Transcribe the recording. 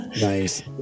Nice